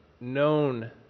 known